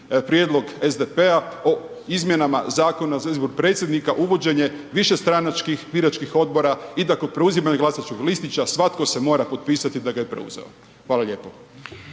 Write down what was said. prijedlog SDP-a o izmjenama Zakona za izbor predsjednika, uvođenje višestranačkih biračkih odbora i da kod preuzimanja glasačkog listića svatko se mora potpisati da ga je preuzeo. Hvala lijepo.